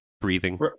breathing